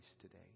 today